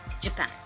Japan